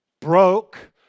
broke